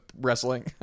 wrestling